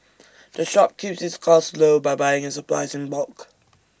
the shop keeps its costs low by buying its supplies in bulk